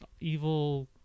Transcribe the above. evil